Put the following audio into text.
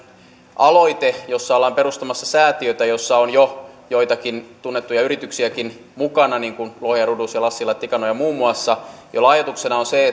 aloite jossa ollaan perustamassa säätiötä jossa on jo joitakin tunnettuja yrityksiäkin mukana niin kuin lohja rudus ja lassila tikanoja muun muassa joilla ajatuksena on se